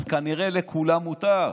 אז כנראה לכולם מותר.